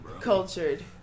Cultured